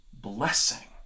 blessing